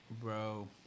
Bro